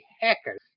hackers